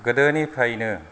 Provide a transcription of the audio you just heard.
गोदोनिफ्रायनो